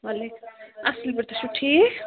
وعلیکُم اَصٕل پٲٹھۍ تُہۍ چھِو ٹھیٖک